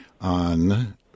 on